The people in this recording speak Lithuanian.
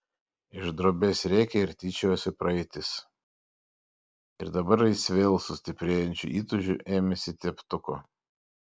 iš drobės rėkė ir tyčiojosi praeitis ir dabar jis vėl su stiprėjančiu įtūžiu ėmėsi teptuko